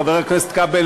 חבר הכנסת כבל,